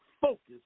focus